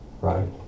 Right